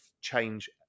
change